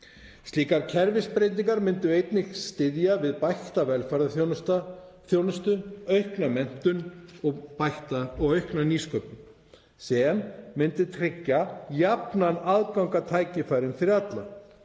Slíkar kerfisbreytingar myndu einnig styðja við bætta velferðarþjónustu, aukna menntun og aukna nýsköpun sem myndi tryggja jafnan aðgang að tækifærum fyrir alla.